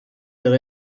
her